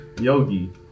Yogi